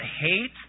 hate